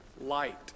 light